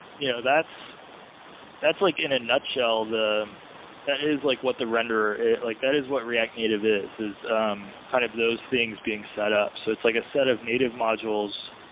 you know that's that's like in a nutshell the that is like what the renderer. like that is what react native is, is um kind of those things being set up. so it's like a set of native modules.